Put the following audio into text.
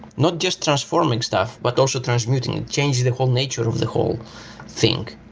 not just transforming stuff, but also transmuting it. changing the whole nature of the whole thing.